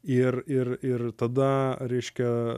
ir ir ir tada reiškia